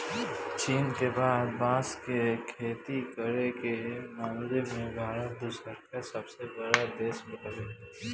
चीन के बाद बांस के खेती करे के मामला में भारत दूसरका सबसे बड़ देश बावे